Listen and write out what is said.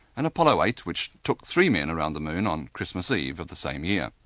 and apollo eight which took three men around the moon on christmas eve of the same year.